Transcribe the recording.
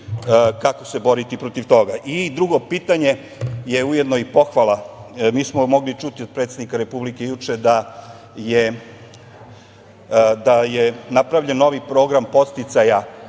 kako se boriti protiv toga? Drugo pitanje je ujedno i pohvala, mi smo mogli čuti od predsednika Republike juče da je napravljen novi program podsticaja